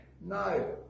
no